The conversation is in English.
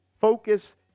focus